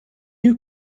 you